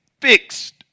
fixed